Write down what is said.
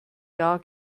jahr